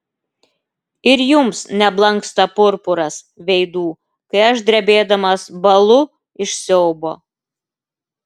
ir jums neblanksta purpuras veidų kai aš drebėdamas bąlu iš siaubo